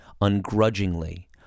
ungrudgingly